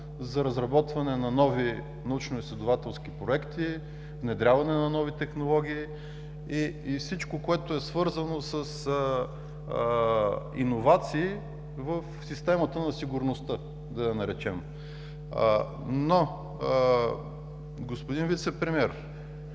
за разработване на нови научно-изследователски проекти, внедряване на нови технологии и всичко, което е свързано с иновации в системата на сигурността. Господин Вицепремиер,